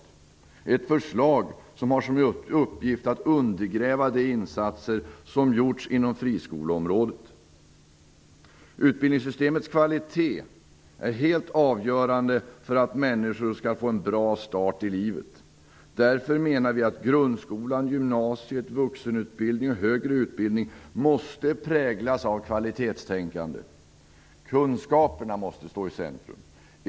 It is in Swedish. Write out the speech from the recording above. Det är ett förslag som syftar till att undergräva de insatser som har gjorts inom friskoleområdet. Utbildningssystemets kvalitet är helt avgörande för att människor skall få en bra start i livet. Därför menar vi att grundskolan, gymnasiet, vuxenutbildning och högre utbildning måste präglas av kvalitetstänkande. Kunskaperna måste stå i centrum.